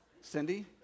Cindy